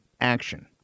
action